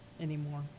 anymore